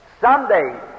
someday